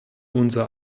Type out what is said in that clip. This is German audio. unser